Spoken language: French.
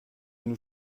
nous